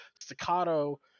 Staccato